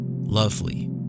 lovely